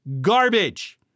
Garbage